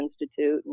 Institute